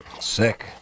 Sick